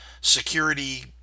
security